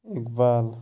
Iqbal